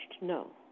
no